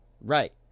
Right